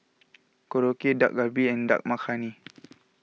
Korokke Dak Galbi and Dal Makhani